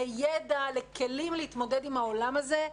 לידע, לכלים להתמודד עם העולם הזה.